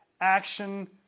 action